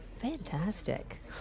Fantastic